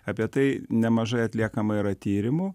apie tai nemažai atliekama yra tyrimų